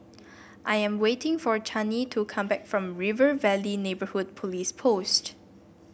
I am waiting for Channie to come back from River Valley Neighbourhood Police Post